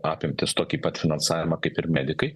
apimtis tokį pat finansavimą kaip ir medikai